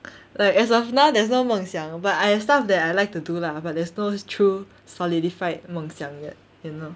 like as of now there's no 梦想 but I have stuff that I like to do lah but there's no true solidified 梦想 yet you know